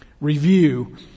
review